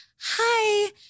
Hi